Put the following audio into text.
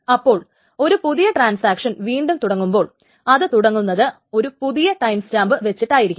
അപ്പോൾ ഒരു പുതിയ ട്രാൻസാക്ഷൻ വീണ്ടും തുടങ്ങുമ്പോൾ അതു തുടങ്ങുന്നത് ഒരു പുതിയ ടൈം സ്റ്റാമ്പ് വച്ചിട്ടായിരിക്കും